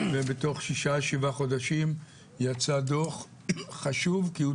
ובתוך שישה-שבעה חודשים יצא דוח חשוב כי הוא